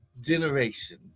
generation